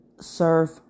serve